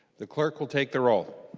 the clerk will take the roll